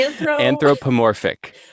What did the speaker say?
Anthropomorphic